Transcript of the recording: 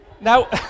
Now